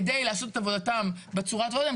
כדי לעשות את עבודתם בצורה הטובה ביותר,